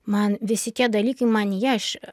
man visi tie dalykai manyje aš